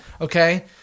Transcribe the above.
Okay